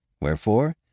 Wherefore